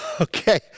Okay